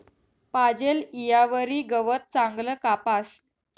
पाजेल ईयावरी गवत चांगलं कापास